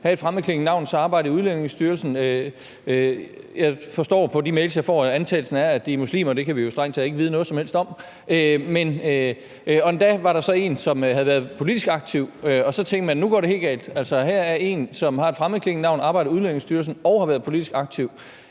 have et fremmedklingende navn og så arbejde i Udlændingestyrelsen. Jeg forstår på de mails, jeg får, at antagelsen er, at de ansatte er muslimer – det kan vi jo strengt taget ikke vide noget som helst om. Og der var endda en, som havde været politisk aktiv, og så tænkte man: Nu går det helt galt; altså, her er en, som har et fremmedklingende navn, arbejder i Udlændingestyrelsen og har været politisk aktiv.